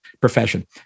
profession